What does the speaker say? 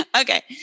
Okay